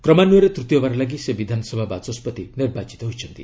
କ୍ମାନ୍ୟରେ ତ୍ତୀୟବାର ଲାଗି ସେ ବିଧାନସଭା ବାଚସ୍କତି ନିର୍ବାଚିତ ହୋଇଛନ୍ତି